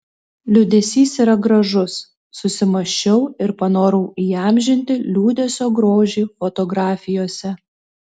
liūdesys yra gražus susimąsčiau ir panorau įamžinti liūdesio grožį fotografijose